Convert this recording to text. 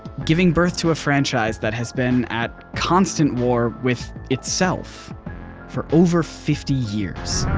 giving birth to a franchise that has been at constant war with itself for over fifty years.